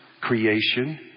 creation